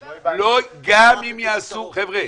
חבר'ה,